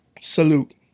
salute